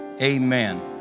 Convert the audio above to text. Amen